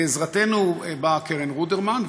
לעזרתנו באה קרן רודרמן,